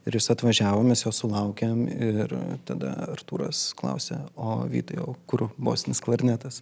ir jis atvažiavo mes jo sulaukiam ir tada artūras klausia o vytai o kur bosinis klarnetas